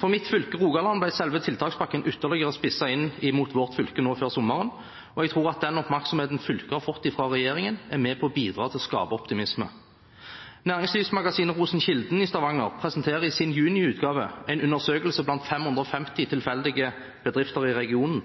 For mitt fylke, Rogaland, ble tiltakspakken ytterligere spisset før sommeren. Jeg tror den oppmerksomheten vårt fylke har fått fra regjeringen, er med på å bidra til å skape optimisme. Næringslivsmagasinet Rosenkilden i Stavanger presenterer i sin juni-utgave en undersøkelse blant 550 tilfeldige bedrifter i regionen.